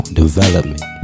development